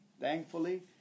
thankfully